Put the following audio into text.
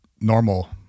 normal